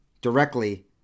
directly